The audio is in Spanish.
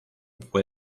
fue